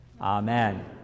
Amen